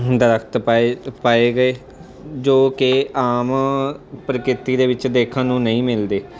ਦਰੱਖਤ ਪਾਏ ਪਾਏ ਗਏ ਜੋ ਕਿ ਆਮ ਪ੍ਰਕਿਰਤੀ ਦੇ ਵਿੱਚ ਦੇਖਣ ਨੂੰ ਨਹੀਂ ਮਿਲਦੇ